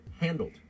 handled